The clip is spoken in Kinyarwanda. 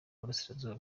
burasirazuba